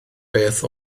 beth